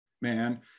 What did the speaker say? man